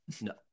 No